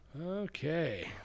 Okay